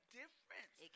difference